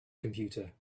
computer